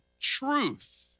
truth